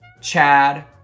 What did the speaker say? Chad